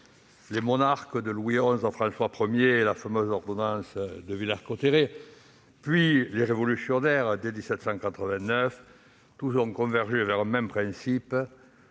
Les monarques, de Louis XI à François I- et la fameuse ordonnance de Villers-Cotterêts -, puis les révolutionnaires de 1789 : tous ont convergé vers un même principe